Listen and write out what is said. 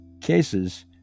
cases